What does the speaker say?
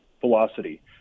velocity